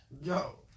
Yo